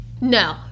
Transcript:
No